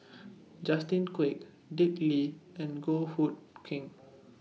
Justin Quek Dick Lee and Goh Hood Keng